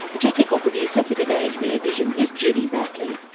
the technical producer for today's rear vision is judy rapley.